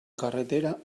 carretera